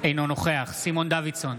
אינו נוכח סימון דוידסון,